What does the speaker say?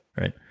Right